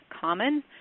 common